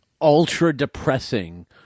ultra-depressing